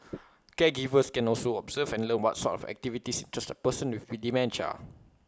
caregivers can also observe and learn what sort of activities interest A person with dementia